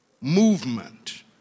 movement